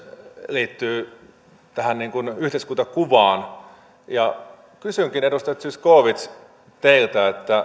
liittyy tähän yhteiskuntakuvaan ja kysynkin edustaja zyskowicz teiltä